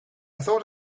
thought